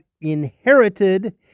inherited